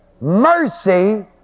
Mercy